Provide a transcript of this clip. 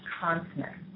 consonant